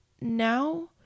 now